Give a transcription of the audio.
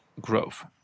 growth